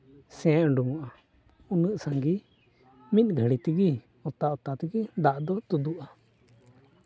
ᱥᱮ ᱩᱰᱩᱠᱚᱜᱼᱟ ᱩᱱᱟᱹᱜ ᱥᱟᱜᱮ ᱢᱤᱫ ᱜᱷᱟᱹᱲᱤ ᱛᱮᱜᱮ ᱚᱛᱟ ᱚᱛᱟ ᱛᱮᱜᱮ ᱫᱟᱜ ᱫᱚ ᱛᱩᱫᱩᱜᱼᱟ